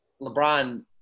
LeBron